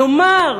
כלומר,